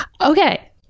Okay